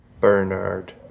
Bernard